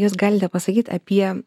jūs galite pasakyt apie